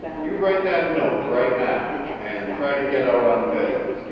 you write that note right now, and try to get out on bail.